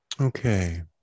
Okay